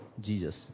Jesus